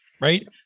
right